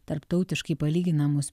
tarptautiškai palyginamus